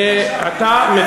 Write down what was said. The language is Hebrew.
אני משם.